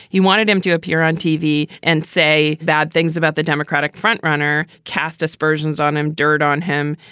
he wanted him to appear on tv and say bad things about the democratic frontrunner, cast aspersions on him, dirt on him.